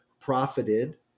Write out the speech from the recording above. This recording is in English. profited